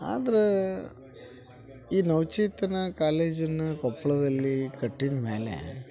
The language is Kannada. ಆದ್ರೆ ಈ ನವಚೇತನ ಕಾಲೇಜನ್ನು ಕೊಪ್ಪಳದಲ್ಲಿ ಕಟ್ಟಿದ ಮೇಲೆ